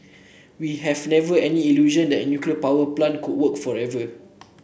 we have never any illusion that the nuclear power plant could work forever